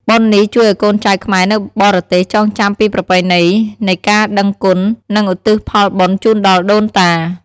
បុណ្យនេះជួយឱ្យកូនចៅខ្មែរនៅបរទេសចងចាំពីប្រពៃណីនៃការដឹងគុណ និងឧទ្ទិសផលបុណ្យជូនដល់ដូនតា។